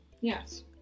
Yes